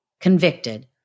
convicted